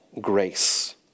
grace